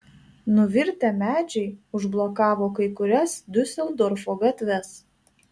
nuvirtę medžiai užblokavo kai kurias diuseldorfo gatves